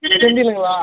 செந்திலுங்களா